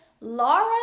Laura